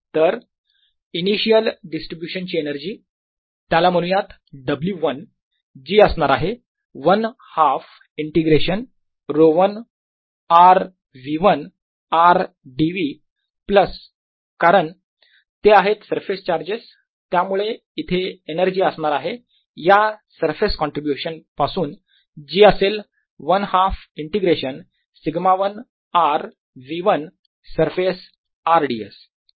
1r2r1rf2 10≤f≤1 V1rV2rV1rf2 10≤f≤1 तर initial distribution ची energy त्याला म्हणूयात W1 जी असणार आहे 1 half integration ρ1 r V1 r dv plus कारण ते आहेत सरफेस चार्जेस त्यामुळे इथे एनर्जी असणार आहे या सरफेस कॉन्ट्रीब्युशन पासून जी असेल 1 half integration σ1 r V1 surface r ds